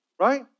right